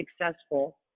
successful